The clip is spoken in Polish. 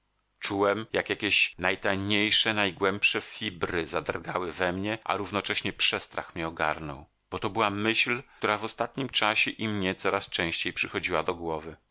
czułem jak jakieś najtajniejsze najgłębsze fibry zadrgały we mnie a równocześnie przestrach mnie ogarnął bo to była myśl która w ostatnim czasie i mnie coraz częściej przychodziła do głowy